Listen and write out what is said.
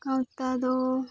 ᱜᱟᱶᱛᱟ ᱫᱚ